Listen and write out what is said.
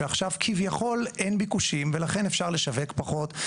שכביכול אין ביקושים ולכן אפשר לשווק פחות,